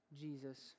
Jesus